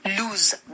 lose